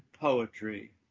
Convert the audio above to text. poetry